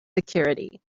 security